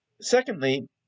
Secondly